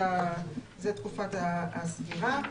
זאת תקופת הסגירה.